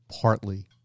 partly